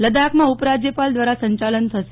લદાખમાં ઉપરાજ્યપાલ દ્વારા સંયાલન થશે